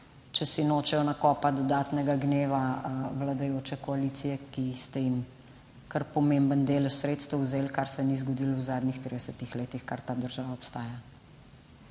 če si nočejo nakopati dodatnega gneva vladajoče koalicije, ki ste jim kar pomemben delež sredstev vzeli, kar se ni zgodilo v zadnjih 30 letih, kar ta država obstaja.